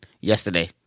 yesterday